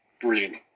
Brilliant